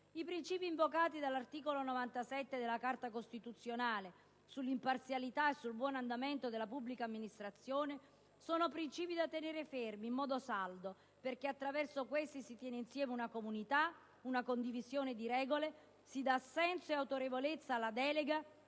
I principi invocati dall'articolo 97 della nostra Carta costituzionale sull'imparzialità e sul buon andamento della pubblica amministrazione sono principi da tenere fermi, in modo saldo, perché attraverso questi si tiene insieme una comunità, una condivisione di regole e si dà senso e autorevolezza alla delega